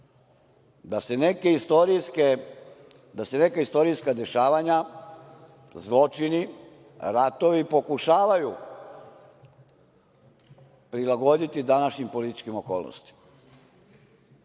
da se neka istorijska dešavanja, zločini, ratovi pokušavaju prilagoditi današnjim političkim okolnostima.U